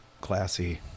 classy